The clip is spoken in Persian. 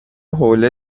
حوله